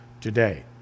today